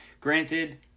Granted